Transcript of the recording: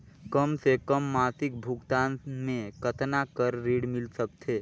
कम से कम मासिक भुगतान मे कतना कर ऋण मिल सकथे?